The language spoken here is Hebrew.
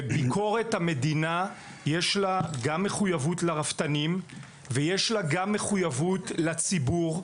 לביקורת המדינה יש גם מחויבות לרפתנים ויש גם מחויבות לציבור,